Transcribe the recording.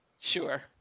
Sure